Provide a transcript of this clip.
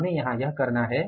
तो हमें यहाँ यह करना है